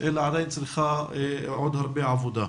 אלא עדיין צריכה להיעשות עוד הרבה עבודה.